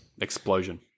Explosion